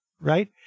right